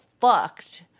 fucked